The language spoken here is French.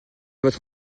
votre